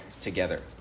together